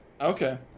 okay